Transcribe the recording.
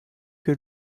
que